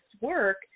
work